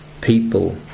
people